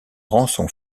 rançon